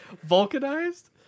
Vulcanized